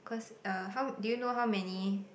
cause uh how do you know how many